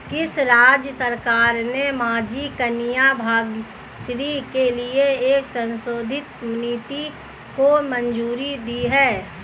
किस राज्य सरकार ने माझी कन्या भाग्यश्री के लिए एक संशोधित नीति को मंजूरी दी है?